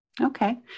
Okay